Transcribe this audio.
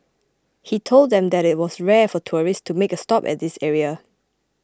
he told them that it was rare for tourists to make a stop at this area